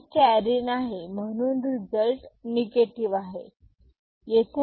येथे कॅरी नाही म्हणून रिझल्ट निगेटिव आहे